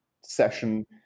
session